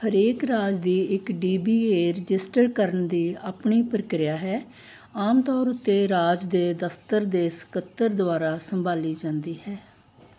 ਹਰੇਕ ਰਾਜ ਦੀ ਇੱਕ ਡੀ ਬੀ ਏ ਰਜਿਸਟਰ ਕਰਨ ਦੀ ਆਪਣੀ ਪ੍ਰਕਿਰਿਆ ਹੈ ਆਮ ਤੌਰ ਉੱਤੇ ਰਾਜ ਦੇ ਦਫ਼ਤਰ ਦੇ ਸਕੱਤਰ ਦੁਆਰਾ ਸੰਭਾਲੀ ਜਾਂਦੀ ਹੈ